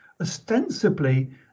ostensibly